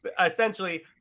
essentially